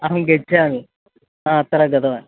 अहं गच्छामि अत्र गतवान्